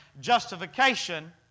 justification